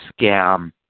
scam